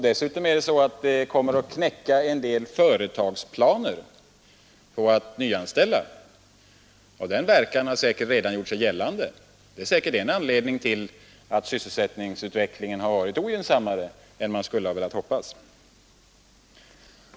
Dessutom kommer den här löneskatten att knäcka en del företagsplaner på att nyanställa. Den verkan har säkert redan gjort sig gällande, och det är nog en anledning till att sysselsättningsutvecklingen har varit ogynnsammare än man skulle ha velat hoppas.